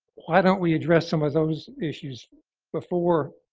why don't we address some of those issues before